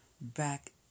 back